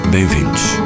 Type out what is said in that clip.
Bem-vindos